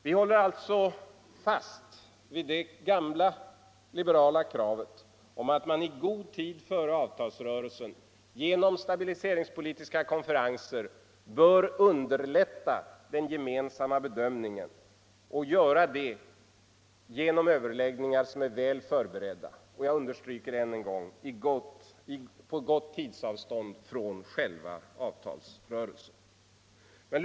Vi håller alltså fast vid det gamla liberala kravet att man i god tid före avtalsrörelsen genom stabiliseringspolitiska konferenser bör underlätta den gemensamma bedömningen och göra det genom överläggningar som är väl förberedda och — jag understryker det än en gång — på gott tidsavstånd från själva avtalsrörelsen.